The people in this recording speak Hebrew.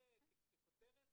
זה ככותרת,